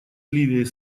ливией